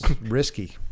risky